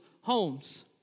homes